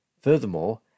Furthermore